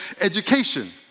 education